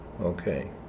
okay